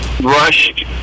rushed